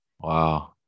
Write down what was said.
Wow